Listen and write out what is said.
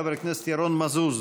חבר הכנסת ירון מזוז,